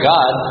God